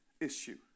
issue